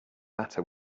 matter